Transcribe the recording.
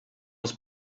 was